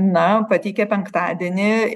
na pateikė penktadienį